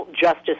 Justice